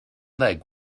leg